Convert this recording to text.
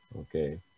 Okay